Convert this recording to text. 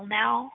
now